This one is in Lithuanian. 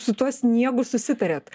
su tuo sniegu susitariat